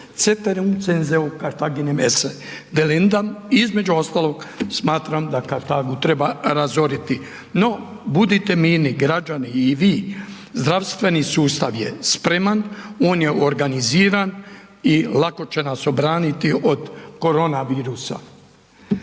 Ceterum censeo Cartaginem esse delendm, između ostalog smatram da Kartagu treba razoriti“. No, budite mirni građani i vi, zdravstveni sustav je spreman, on je organiziran i lako će nas obraniti od korona virusa.